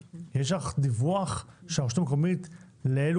יש לך דיווח של הרשות המקומית לאילו